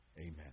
Amen